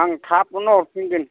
आं थाबनो हरफिनगोन